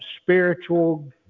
spiritual